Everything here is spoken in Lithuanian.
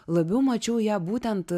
labiau mačiau ją būtent